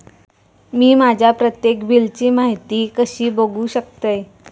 मी माझ्या प्रत्येक बिलची माहिती कशी बघू शकतय?